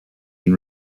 and